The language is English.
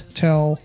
tell